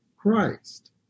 Christ